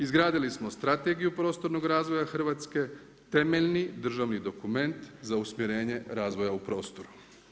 Izgradili smo Strategiju prostornog razvoja Hrvatske, temeljni državni dokument za usmjerenje razvoja u prostoru.